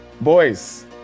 boys